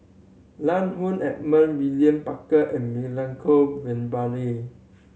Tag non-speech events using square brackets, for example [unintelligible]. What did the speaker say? Lan Woo [unintelligible] William Barker and Milenko [unintelligible]